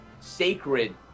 sacred